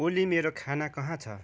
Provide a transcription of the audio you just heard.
ओली मेरो खाना कहाँ छ